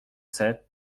sept